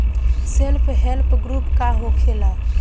Self help group का होखेला?